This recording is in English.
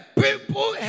people